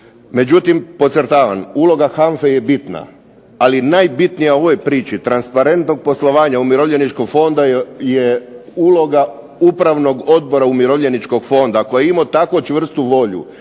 Međutim podcrtavam, uloga HANFA-e je bitna, ali najbitnije u ovoj priči transparentnog poslovanja umirovljeničkog fonda je uloga Upravnog odbora umirovljeničkog fonda, koji je imao tako čvrstu volju